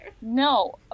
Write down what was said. No